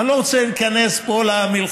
אני לא רוצה להיכנס פה למלחמה,